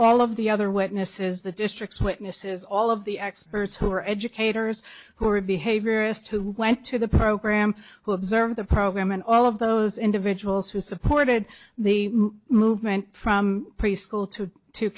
all of the other witnesses the district witnesses all of the experts who are educators who are behaviorists who went to the program who observed the program and all of those individuals who supported the movement from preschool to to